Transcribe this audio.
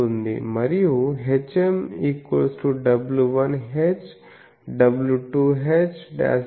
మరియు hmw1 hw2 h